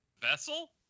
vessel